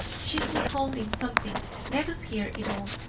she is withholding something. let us hear it all.